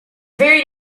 very